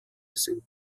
sind